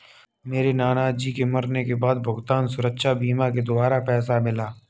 मेरे नाना जी के मरने के बाद भुगतान सुरक्षा बीमा के द्वारा पैसा मिला